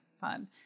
fun